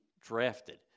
drafted